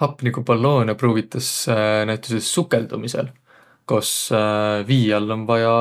Hapniguballuunõ pruugitas näütüses sukõldumisõl, kos vii all om vaja